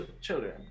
children